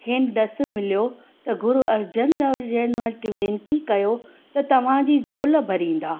खेनि ॾसु मिलियो त गुरू अर्जन देव जिनि वटि वेनिती कयो त तव्हांजी झोल भरींदा